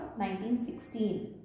1916